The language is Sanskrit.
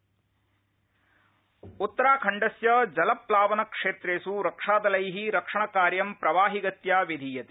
समाप्ति उत्तराखण्ड त्रासदी उत्तराखण्डस्य जलप्लावन क्षेत्रेष् रक्षादलै रक्षणकार्यं प्रवाहिगत्या विधीयते